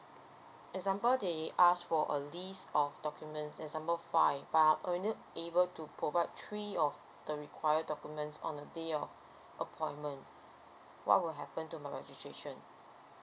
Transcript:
example they ask for a list of documents example five but I only able to provide three of the required documents on the day of appointment what will happen to my registration